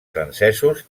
francesos